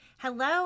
Hello